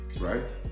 right